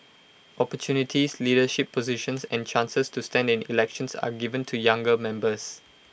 opportunities leadership positions and chances to stand in elections are given to younger members